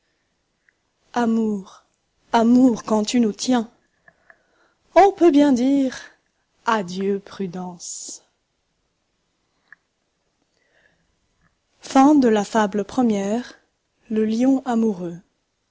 amour amour quand tu nous tiens on peut bien dire adieu prudence fable le lion amoureux